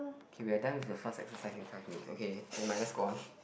okay we are done with the first exercise in five minutes okay nevermind let's go on